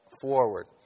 forward